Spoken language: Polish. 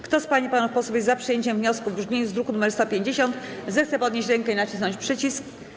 Kto z pań i panów posłów jest przyjęciem wniosku, w brzmieniu z druku nr 150, zechce podnieść rękę i nacisnąć przycisk.